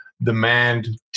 demand